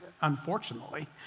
unfortunately